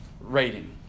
rating